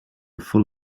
full